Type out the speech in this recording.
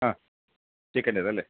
ആ ചിക്കൻറ്റേതല്ലേ